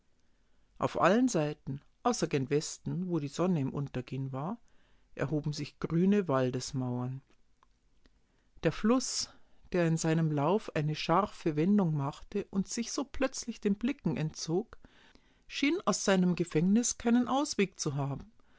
auf allen seiten außer gen westen wo die sonne im untergehen war erhoben sich grüne waldesmauern der fluß der in seinem lauf eine scharfe wendung machte und sich so plötzlich den blicken entzog schien aus seinem gefängnis keinen ausweg zu haben